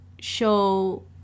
show